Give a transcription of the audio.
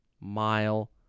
mile